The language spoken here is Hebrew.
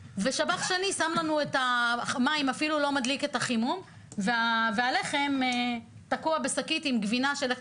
שני שם את המים ואפילו לא מחמם והלחם זרוק בשקית עם גבינה ישנה.